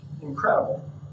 incredible